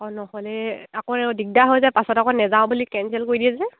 অঁ নহ'লে আকৌ দিগদাৰ হৈ যায় পাছত আকৌ নাযাওঁ বুলি কেঞ্চেল কৰি দিয়ে যে